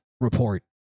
report